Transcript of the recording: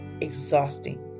exhausting